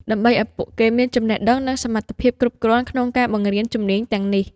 ដើម្បីឱ្យពួកគេមានចំណេះដឹងនិងសមត្ថភាពគ្រប់គ្រាន់ក្នុងការបង្រៀនជំនាញទាំងនេះ។